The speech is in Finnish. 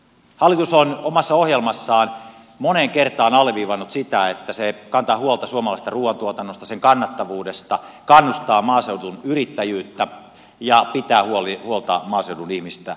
hallitus on omassa ohjelmassaan moneen kertaan alleviivannut sitä että se kantaa huolta suomalaisesta ruuantuotannosta sen kannattavuudesta kannustaa maaseudun yrittäjyyttä ja pitää huolta maaseudun ihmisistä